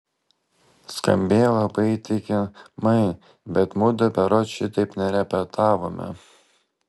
skambėjo labai įtikimai bet mudu berods šitaip nerepetavome